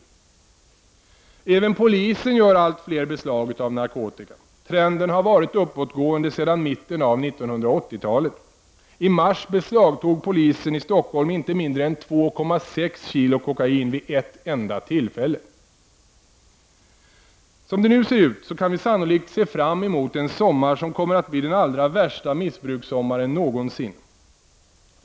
Även polisen gör allt fler beslag av narkotika. Trenden har varit uppåtgående sedan mitten av 1980-talet. I mars beslagtog polisen i Stockholm inte mindre än 2,6 kilo kokain vid ett enda tillfälle. Som det nu ser ut kan vi sannolikt se fram emot en sommar som kommer att bli den allra värsta missbrukarsommaren någonsin.